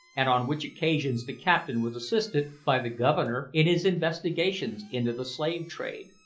and on which occasions the captain was assisted by the governor in his investigations into the slave-trade.